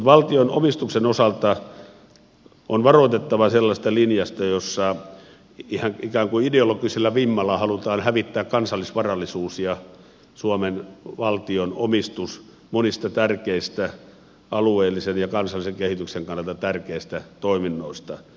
mutta valtionomistuksen osalta on varoitettava sellaisesta linjasta että ikään kuin ideologisella vimmalla halutaan hävittää kansallisvarallisuus ja suomen valtion omistus monista alueellisen ja kansallisen kehityksen kannalta tärkeistä toiminnoista